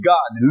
God